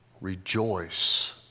rejoice